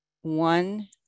one